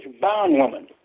bondwoman